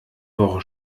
woche